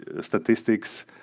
statistics